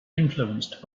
influenced